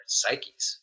psyches